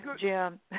Jim